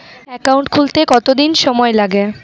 Account খুলতে কতদিন সময় লাগে?